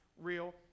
real